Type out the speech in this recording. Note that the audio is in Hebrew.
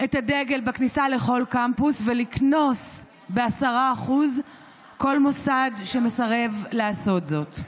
את הדגל בכניסה לכל קמפוס ולקנוס ב-10% כל מוסד שמסרב לעשות זאת.